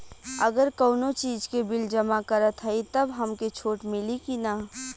अगर कउनो चीज़ के बिल जमा करत हई तब हमके छूट मिली कि ना?